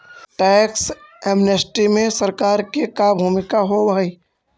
tax amnesty में सरकार के का भूमिका होव हई